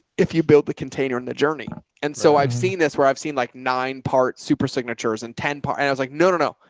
if you build the container and journey. and so i've seen this where i've seen like nine parts, super signatures and ten parts. i was like, no, no,